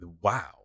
wow